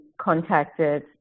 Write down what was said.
contacted